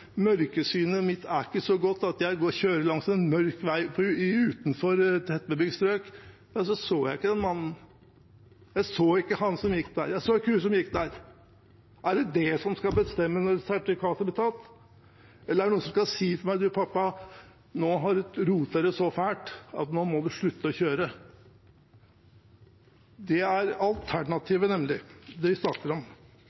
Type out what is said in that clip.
mitt er ikke så godt at jeg kjører langs en mørk vei utenfor tettbebygd strøk.» «Jeg så ikke den mannen.» «Jeg så ikke han som gikk der.» «Jeg så ikke henne som gikk der.» Er det det som skal bestemme når sertifikatet blir tatt? Eller er det noen som skal si til meg: «Du, pappa, nå roter du så fælt at nå må du slutte å kjøre.» Det er